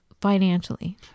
financially